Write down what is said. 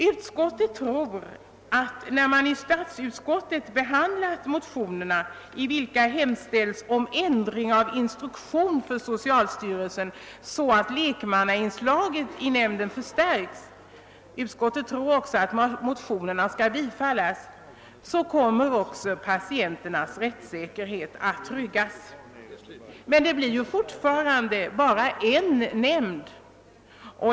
Utskottet anser, att när man i statsutskottet behandlat de motioner i vilka hemställts om ändring av instruktionen för socialstyrelsen så att lekmannainslaget förstärks i nämnden — och utskottet tror att motionerna skall bifallas — kommer också patienternas rättssäkerhet att tryggas. Men det blir fortfarande bara en nämnd.